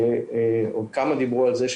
או כמה דיברו על זה פה,